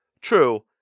True